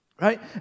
right